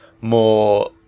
more